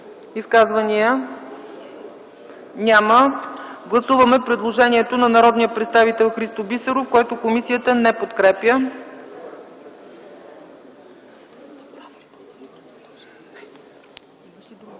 Изказвания няма. Гласуваме предложението на народния представител Христо Бисеров, което комисията не подкрепя.